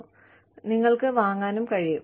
കൂടാതെ നിങ്ങൾക്കത് വാങ്ങാനും കഴിയും